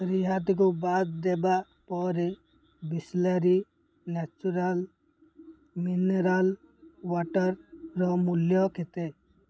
ରିହାତିକୁ ବାଦ୍ ଦେବା ପରେ ବିସ୍ଲେରୀ ନ୍ୟାଚୁରାଲ୍ ମିନେରାଲ୍ ୱାଟର୍ର ମୂଲ୍ୟ କେତେ